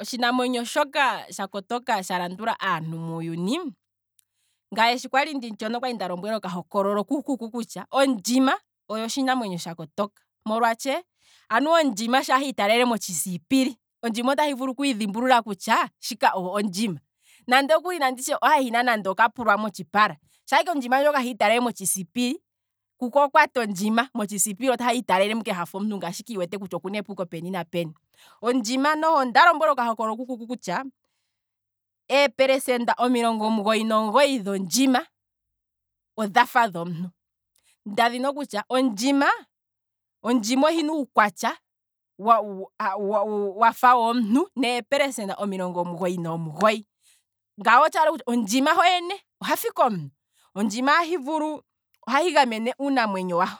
Otshinamwenyo shoka tsha kotonga muuyuni, ngaye shokwali ndimu tshona okwali nda lombwelwa oka hokololo kukuku kutya ondjima oyo otshinamwenyo tsha kotoka, molwa tshe. anuwa ondjima shaa hi taalele motshisiipili otahi vulu kwiidhimbulula kutya shika oho ondjima, nandi tshe pamwe ohina nande okambulwa motshipala, sha ike nde tahi italele motshi sipili, kuku okwati. ondjima motshi siipili oha hiitalelemo ngaashi ike omuntu iwete kutya okuna epuko peni na peni, ondjima noho, onda lombwelwa oka hokololo kukuku kutya, eepelesenda omugoyi nomugoyi dhondjima odhafa ike dhomuntu, nda dhina okutya, ondjima ohina uukwatya wa- wafa womuntu, noopelesenda omilongo omugoyi nomugoyi, ngano otshaala kutya, ondjima ho yene ohafa ike omuntu, ondjima ahi vulu, ohahi gamene uunamwenyo waho,